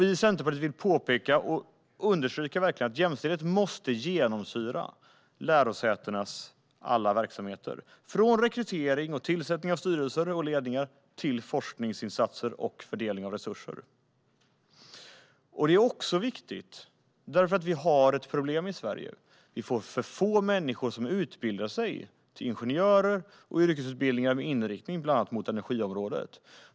Vi i Centerpartiet vill påpeka och verkligen understryka att jämställdhet måste genomsyra lärosätenas alla verksamheter, från rekrytering och tillsättning av styrelser och ledningar till forskningsinsatser och fördelning av resurser. Det är också viktigt därför att vi har ett problem i Sverige: För få människor utbildar sig till ingenjörer och inom yrkesutbildningar med inriktning bland annat mot energiområdet.